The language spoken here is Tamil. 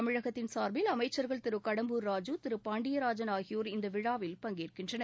தமிழகத்தின் சார்பில் அமைச்சர்கள் திரு கடம்பூர் ராஜு திரு பாண்டியராஜன் ஆகியோர் இந்த விழாவில் பங்கேற்கின்றனர்